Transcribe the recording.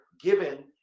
given